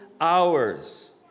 hours